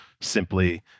simply